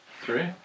three